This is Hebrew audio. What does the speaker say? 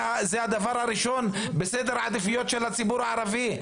זה הדבר הראשון בסדר העדיפויות של הציבור הערבי.